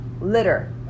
litter